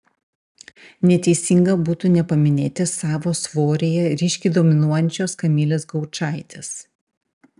neteisinga būtų nepaminėti savo svoryje ryškiai dominuojančios kamilės gaučaitės